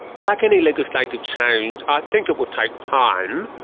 like any legislative change i think it will take time,